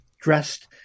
dressed